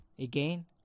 Again